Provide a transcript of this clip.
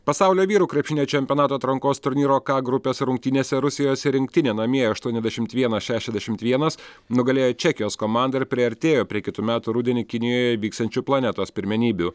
pasaulio vyrų krepšinio čempionato atrankos turnyro ka grupės rungtynėse rusijos rinktinė namie aštuoniasdešimt vienas šešiasdešimt vienas nugalėjo čekijos komandą ir priartėjo prie kitų metų rudenį kinijoje vyksiančių planetos pirmenybių